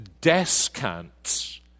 descants